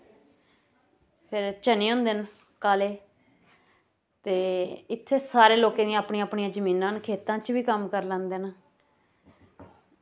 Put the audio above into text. फिर चने होंदे न काले ते इ'त्थें सारें लोकें दियां अपनियां अपनियां जमीनां न खेतां च बी कम्म करी लैंदे न